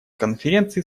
конференции